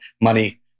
money